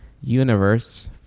universe